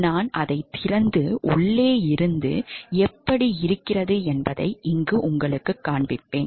நான் அதை திறந்து உள்ளே இருந்து எப்படி இருக்கிறது என்பதைக் காண்பிப்பேன்